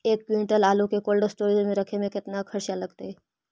एक क्विंटल आलू के कोल्ड अस्टोर मे रखे मे केतना खरचा लगतइ?